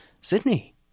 Sydney